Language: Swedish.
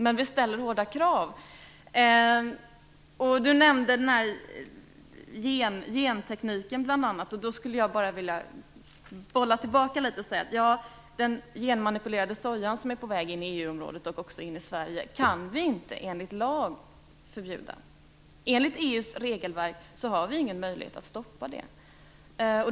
Lennart Daléus nämnde bl.a. gentekniken. Jag skulle vilja bolla tillbaka det litet grand. Den genmanipulerade sojan som är på väg in i EU och också in i Sverige kan vi inte enligt lag förbjuda. Enligt EU:s regelverk har vi ingen möjlighet att stoppa den.